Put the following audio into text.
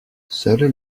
seules